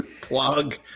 Plug